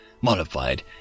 Modified